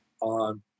on